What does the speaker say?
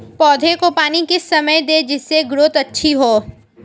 पौधे को पानी किस समय दें जिससे ग्रोथ अच्छी हो?